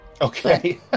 Okay